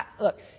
look